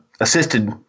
Assisted